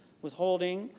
withholding,